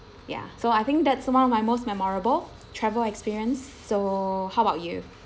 ya so I think that's one of my most memorable travel experience so how about you